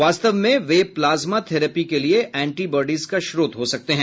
वास्तव में वे प्लाज्मा थेरेपी के लिए एंटीबाड़ीज का स्रोत हो सकते हैं